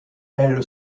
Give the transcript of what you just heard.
elle